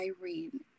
Irene